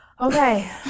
Okay